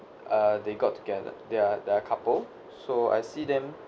uh they got together they are they are couple so I see them